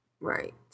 Right